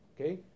Okay